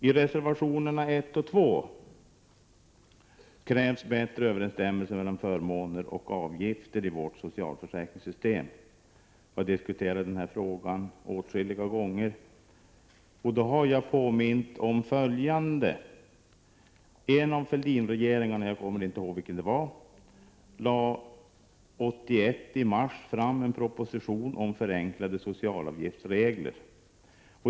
I reservationerna 1 och 2 krävs bättre överensstämmelse mellan förmåner och avgifter i vårt socialförsäkringssystem. Vi har diskuterat den här frågan åtskilliga gånger, och jag har då påmint om följande. En av Fälldinregeringarna — jag kommer inte ihåg vilken — lade i mars 1981 fram en proposition om förenklade socialavgiftsregler.